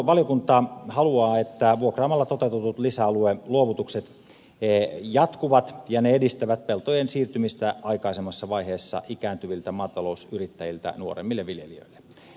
valiokunta haluaa että vuokraamalla toteutetut lisäalueluovutukset jatkuvat ja ne edistävät peltojen siirtymistä aikaisemmassa vaiheessa ikääntyviltä maatalousyrittäjiltä nuoremmille viljelijöille